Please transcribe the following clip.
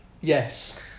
Yes